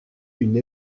une